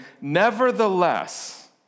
nevertheless